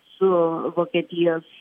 su vokietijos